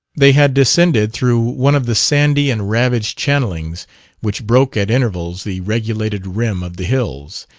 they had descended through one of the sandy and ravaged channelings which broke at intervals the regulated rim of the hills,